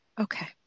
Okay